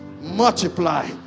multiply